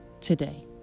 today